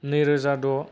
नैरोजा द